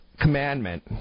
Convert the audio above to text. commandment